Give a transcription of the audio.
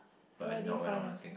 so what did you find on